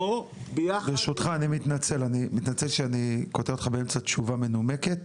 פה ביחד- -- אני מתנצל שאני קוטע אותך באמצע תשובה מנומקת,